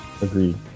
agreed